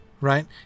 Right